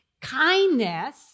kindness